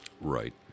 Right